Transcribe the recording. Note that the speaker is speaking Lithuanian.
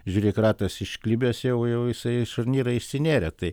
žiūrėk ratas išklibęs jau jau jisai šarnyrai išsinėrė tai